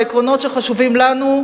בעקרונות שחשובים לנו,